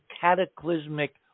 cataclysmic